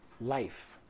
life